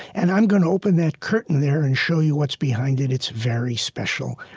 and i'm going to open that curtain there and show you what's behind it. it's very special.